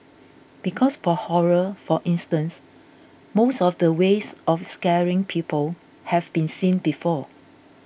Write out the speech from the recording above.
because for horror for instance most of the ways of scaring people have been seen before